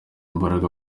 imbaraga